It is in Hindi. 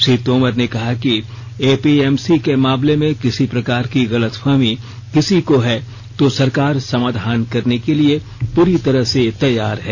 श्री तोमर ने कहा कि एपीएमसी के मामले में किसी प्रकार की गलतफहमी किसी को है तो सरकार समाधान करने के लिए पूरी तरह से तैयार है